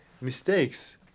mistakes